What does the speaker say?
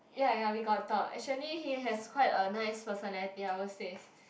ya ya we got talk actually he has quite a nice personality I will says